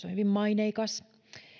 on hyvin maineikas